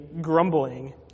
grumbling